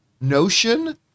notion